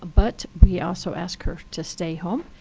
but we also asked her to stay home.